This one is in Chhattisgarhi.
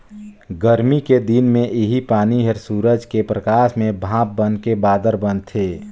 गरमी के दिन मे इहीं पानी हर सूरज के परकास में भाप बनके बादर बनथे